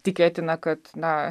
tikėtina kad na